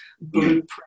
blueprint